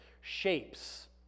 shapes